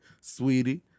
sweetie